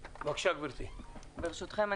ברשותכם,